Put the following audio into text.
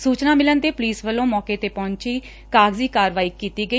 ਸੁਚਨਾ ਮਿਲਣ ਤੇ ਪੁਲਿਸ ਵਲੌ ਮੌਕੇ ਤੇ ਪਹੰਚ ਕਾਗਜੀ ਕਾਰਵਾਈ ਕੀਤੀ ਗਈ